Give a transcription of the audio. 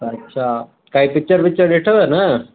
अच्छा काई पिचर विचर ॾिठव न